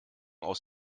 aus